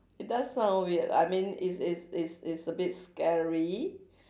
it does sounds weird I mean it's it's it's it's a bit scary